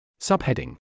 Subheading